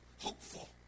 hopeful